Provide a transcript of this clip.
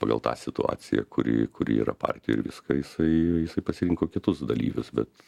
pagal tą situaciją kuri kuri yra partijoj viską jisai pasirinko kitus dalyvius bet